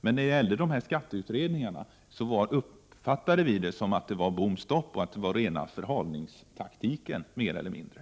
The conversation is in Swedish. Men vi uppfattade det som att det när det gällde skatteutredningarna var bom stopp och att det var mer eller mindre rena förhalningstaktiken.